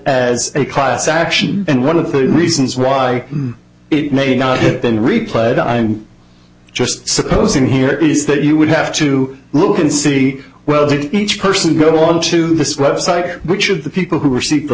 as a class action and one of the reasons why it may not have been replayed i'm just supposing here is that you would have to look and see well that each person go on to this web site which of the people who were sick the